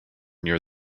near